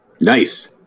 Nice